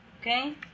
okay